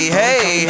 hey